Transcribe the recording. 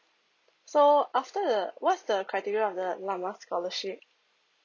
so after the what's the criteria of that llama scholarship